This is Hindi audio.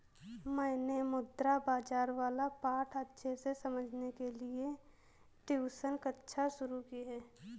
मैंने मुद्रा बाजार वाला पाठ अच्छे से समझने के लिए ट्यूशन कक्षा शुरू की है